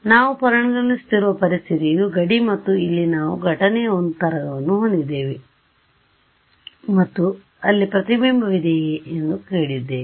ನಾವು ಪರಿಗಣಿಸುತ್ತಿರುವ ಪರಿಸ್ಥಿತಿ ಇದು ಗಡಿ ಮತ್ತು ಇಲ್ಲಿ ನಾವು ಘಟನೆಯ ಒಂದು ತರಂಗವನ್ನು ಹೊಂದಿದ್ದೇವೆ ಮತ್ತು ಅಲ್ಲಿ ಪ್ರತಿಬಿಂಬವಿದೆಯೇ ಎಂದು ಕೇಳುತ್ತಿದ್ದೇವೆ